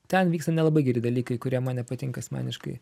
ten vyksta nelabai geri dalykai kurie man nepatinka asmeniškai